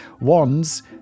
Wands